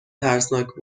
ترسناک